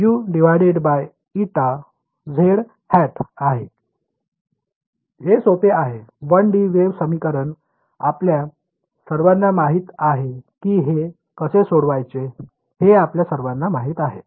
हे सोपे आहे 1 डी वेव्ह समीकरण आपल्या सर्वांना माहित आहे की हे कसे सोडवायचे हे आपल्या सर्वांना माहित आहे